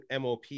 MOP